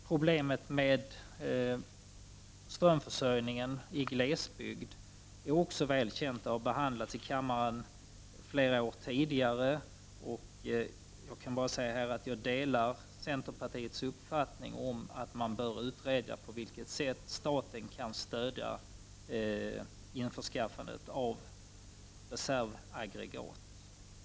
Problemet med strömförsörjningen i glesbygden är också väl känt och har behandlats i kammaren under flera år. Jag delar centerpartiets uppfattning att man bör utreda på vilket sätt staten kan stödja införskaffandet av reservaggregat.